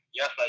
Yes